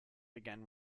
began